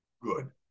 good